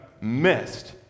missed